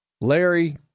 Larry